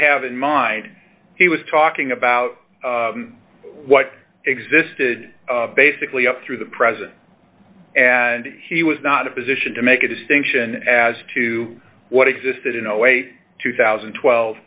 have in mind he was talking about what existed basically up through the present and he was not a position to make a distinction as to what existed in a way two thousand and twelve